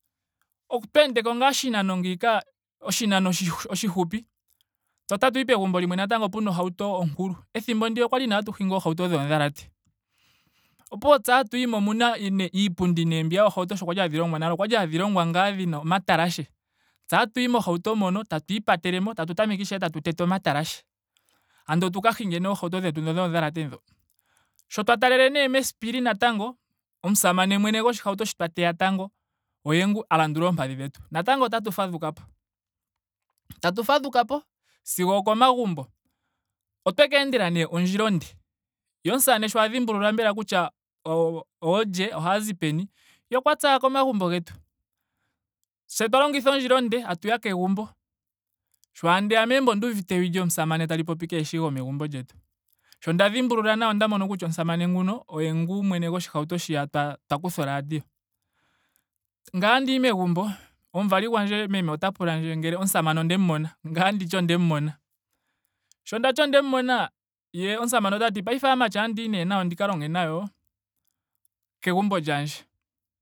Otwa ende ngaa oshinano ngiika oshinano oshifupi. tse otatuyi pegumbo limwe natango pena ohauto onkulu. Ethimbo ndiya okwali nee hatu hingi oohauto dhoodhalate. Opuwo tse otatuyi mo. Omuna nee iipundi mbiya yoohauto ngeya sho kwali hadhi longwa nale. Okwali nee hadhi longwa ngaa dhina omatalashe. Tse otatuyi mohauto moka. tatu ipatalemo. tatu tameke ishewe tatu tete omatalashe. Andola tu ka hinge ishewe oohauto dhetu dhoodhalate dho. Sho twa talele nee mesipili natango. omusamane gwene goshihauto shi twa teya tango oye ngu a landula oompadhi dhetu. Natango otatu fadhukapo. Tatu fadhukapo sigo okomagumbo. Otwaka endela nee ondjila onde. Ye sho omusamane mbela sho a dhimbulula kutya o- o oolye. oohazi peni. ye okwa tsu ashike komagumbo getu. Tse twa longitha ondjila onde tatuya kegumbo. Sho ashike ndeya megumbo onduuvite ewi lyomusamane tali popi keeshi gomegumbo lyetu. Sho nda dhimbulula nawa onda mono kutya omusamane nguno oye ngu mwene goshihauto shiya twa- twa kutha o radio. Ngame otandiyi megumbo. omuvali gwandje meme ota pulandje ngele omusamane ondemu mona. ngame otandi ondemu mona. sho ndati ondemu mona ye omusamane otati paife aamati otandiyi nee nayo ndi ka longe nayo kegumbo lyandje